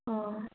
অঁ